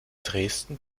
dresden